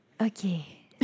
Okay